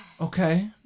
Okay